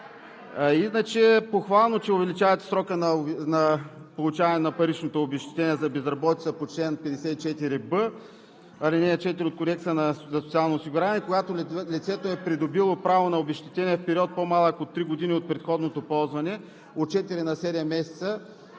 Иначе похвално е, че увеличавате срока за получаване на паричното обезщетение за безработица по чл. 54б, ал. 4 от Кодекса за социално осигуряване, когато лицето е придобило право на обезщетение в период, по-малък от три години от предходното ползване, от четири на